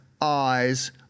eyes